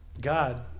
God